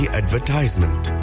advertisement